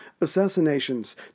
Assassinations